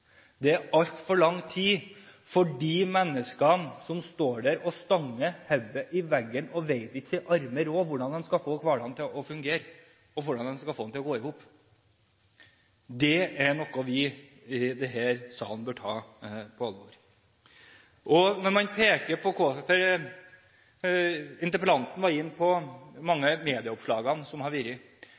det er altfor lang tid for de menneskene som står der og stanger hodet i veggen og ikke vet sin arme råd hvordan de skal få hverdagen til å fungere, hvordan de skal få den til å gå i hop. Det er noe vi i denne salen bør ta på alvor. Interpellanten var inne på de mange medieoppslagene som har vært. Statsråden peker på Kaasa-utvalget, som tar for seg en rekke ting. Jeg har